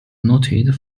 noted